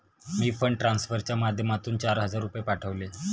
मी fund ट्रान्सफरच्या माध्यमातून चार हजार रुपये पाठवले